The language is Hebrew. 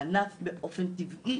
הענף באופן טבעי,